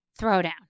throwdown